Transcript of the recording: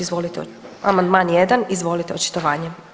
Izvolite, amandman 1., izvolite očitovanje.